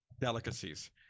delicacies